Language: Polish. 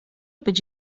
być